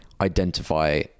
identify